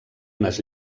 unes